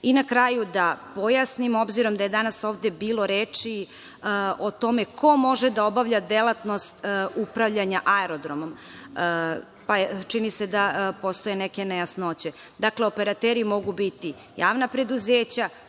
kraju, da pojasnim, obzirom da je danas ovde bilo reči o tome ko može da obavlja delatnost upravljanja aerodromom, pa čini mi se da postoje neke nejasnoće. Dakle, operateri mogu biti javna preduzeća,